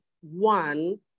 one